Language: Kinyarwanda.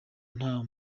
nta